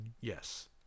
Yes